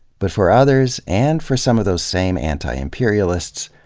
but for others, and for some of those same anti-imperialists,